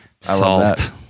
Salt